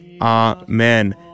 Amen